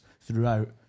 throughout